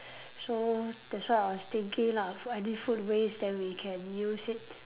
so that's why I was thinking lah foo~ any food waste then we can use it